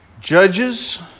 Judges